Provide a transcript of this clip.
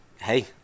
Hey